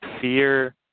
fear